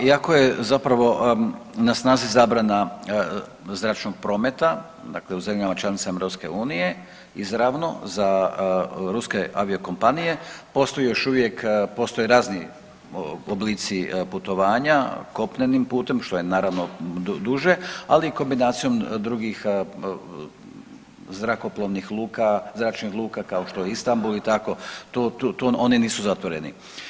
Iako je zapravo na snazi zabrana zračnog prometa, dakle u zemljama članicama EU izravno za ruske aviokompanije, postoji još uvijek postoje razni oblici putovanja kopnenim putem što je naravno duže, ali i kombinacijom drugih zrakoplovnih luka, zračnih luka kao što je Istambul i tako, oni nisu zatvoreni.